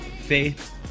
faith